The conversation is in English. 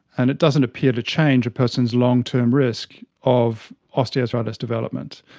and it doesn't appear to change a person's long-term risk of osteoarthritis development.